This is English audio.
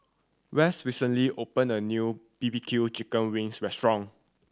West recently opened a new B B Q chicken wings restaurant